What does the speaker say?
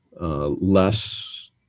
less